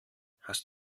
hast